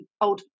old